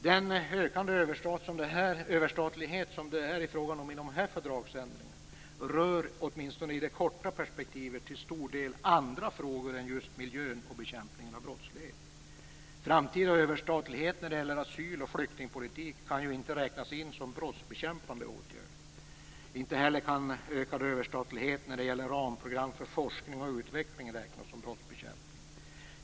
Den ökande överstatlighet som det är fråga om i de här fördragsändringarna rör, åtminstone i det korta perspektivet, till stor del andra frågor än just miljön och bekämpningen av brottslighet. Framtida överstatlighet när det gäller asyl och flyktingpolitik kan ju inte räknas in som brottsbekämpande åtgärder. Inte heller kan ökad överstatlighet när det gäller ramprogram för forskning och utveckling räknas som brottsbekämpning.